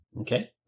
Okay